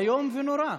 איום ונורא.